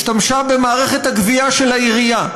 השתמשה במערכת הגבייה של העירייה,